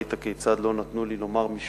ראית כיצד לא נתנו לי לומר משפט,